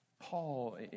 Paul